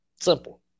Simple